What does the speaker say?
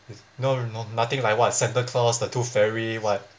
there's no nothing like what santa claus the tooth fairy what